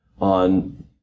on